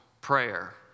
prayer